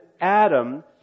Adam